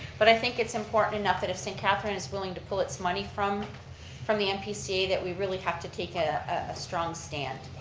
but i think it's important enough that if st. catherine's willing to pull its money from from the npca that we really have to take a strong stand.